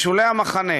משולי המחנה,